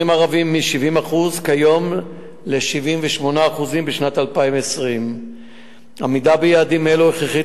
ערבים מ-70% כיום ל-78% בשנת 2020. עמידה ביעדים אלו הכרחית